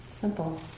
Simple